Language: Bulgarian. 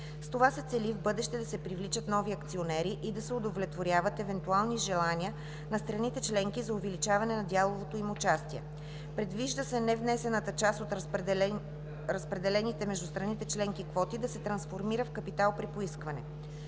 С това се цели в бъдеще да се привличат нови акционери и да се удовлетворят евентуални желания на страните членки за увеличаване на дяловото им участие. Предвижда се невнесената част от разпределените между страните членки квоти да се трансформира в капитал при поискване.